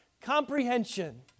comprehension